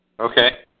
Okay